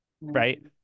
right